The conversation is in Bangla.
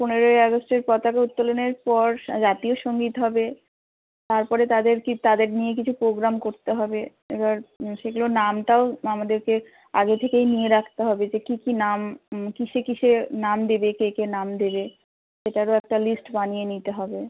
পনেরোই আগস্টের পতাকা উত্তোলনের পর জাতীয় সঙ্গীত হবে তারপরে তাদের কি তাদের নিয়ে কিছু প্রোগ্রাম করতে হবে এবার সেইগুলোর নামটাও আমাদেরকে আগে থেকেই নিয়ে রাখতে হবে যে কী কী নাম কীসে কীসে নাম দেবে কে কে নাম দেবে সেটারও একটা লিস্ট বানিয়ে নিতে হবে